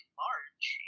large